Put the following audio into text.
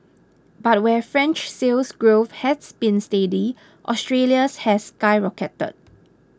but where French Sales Growth has been steady Australia's has skyrocketed